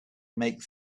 make